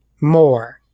more